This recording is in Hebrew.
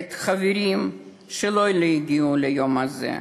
את החברים שלא הגיעו ליום הזה.